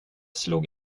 slog